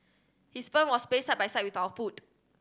his firm was placed side by side with our food